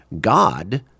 God